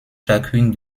chacune